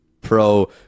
pro